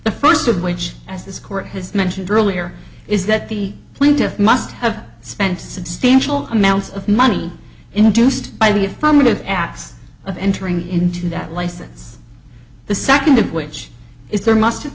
the first of which as this court has mentioned earlier is that the plaintiff must have spent substantial amounts of money in juiced by the affirmative acts of entering into that license the second of which is there must have